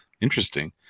Interesting